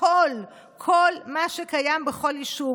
הכול, כל מה שקיים בכל יישוב.